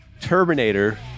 Terminator